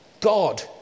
God